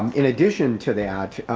in addition to that,